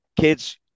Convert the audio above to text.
kids